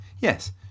Yes